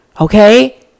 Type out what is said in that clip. okay